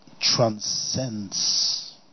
transcends